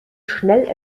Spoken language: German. schnell